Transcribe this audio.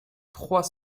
trois